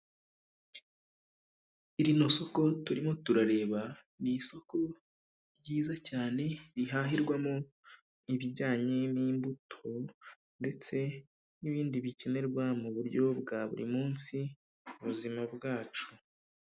Rino soko turimo turareba, ni isoko ryiza cyane rihahirwamo ibijyanye n'imbuto ndetse n'ibindi bikenerwa mu buryo bwa buri munsi ubuzima bwacu.